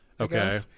okay